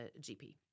GP